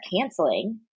canceling